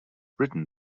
written